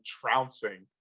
trouncing